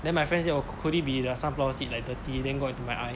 then my friend say oh c~ could it be the sunflower seed like dirty then got into my eye